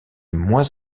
moins